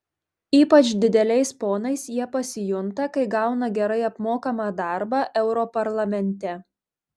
ypač dideliais ponais jie pasijunta kai gauna gerai apmokamą darbą europarlamente